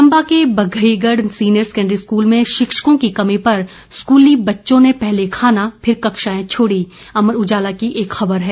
चंबा के Bagheigarh senior secondary school में शिक्षकों की कमी पर स्कूली बच्चों ने पहले खाना फिर कक्षाएं छोड़ी अमर उजाला की एक खबर है